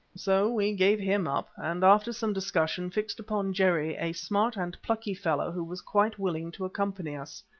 so we gave him up, and after some discussion fixed upon jerry, a smart and plucky fellow, who was quite willing to accompany us.